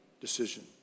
decision